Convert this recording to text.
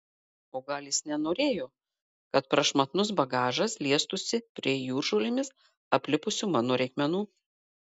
o gal jis nenorėjo kad prašmatnus bagažas liestųsi prie jūržolėmis aplipusių mano reikmenų